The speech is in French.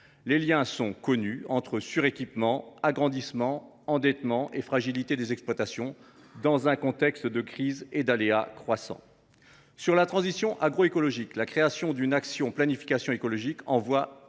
les liens sont connus entre suréquipement, agrandissement, endettement et fragilité des exploitations, dans un contexte de crises et d’aléas croissants. Sur la transition agroécologique, la création d’une action « Planification écologique » envoie